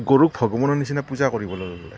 গৰুক ভগৱানৰ নিচিনা পূজা কৰিবলৈ ল'লে